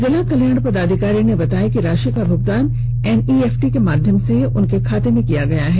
जिला कल्याण पदाधिकारी ने बताया कि राशि का भुगतान एनईएफटी के माध्यम से उनके खाते में किया गया है